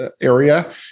area